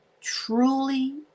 truly